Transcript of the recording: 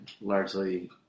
largely